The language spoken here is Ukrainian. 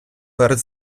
перед